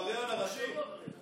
העבריין הראשי.